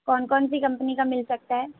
کون کون سی کمپنی کا مل سکتا ہے